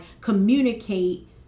communicate